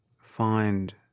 find